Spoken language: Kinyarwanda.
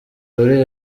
buri